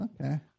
Okay